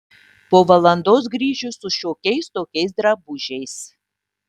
po valandos grįšiu su šiokiais tokiais drabužiais